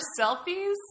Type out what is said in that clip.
selfies